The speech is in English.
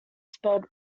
spelled